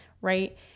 right